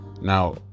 Now